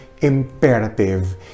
imperative